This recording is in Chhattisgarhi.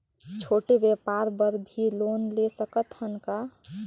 छोटे व्यापार बर भी लोन ले सकत हन का?